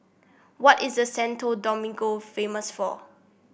what is the Santo Domingo famous for